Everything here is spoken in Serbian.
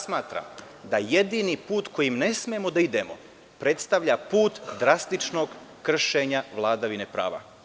Smatram da jedini put kojim ne smemo da idemo predstavlja put drastičnog kršenja vladavine prava.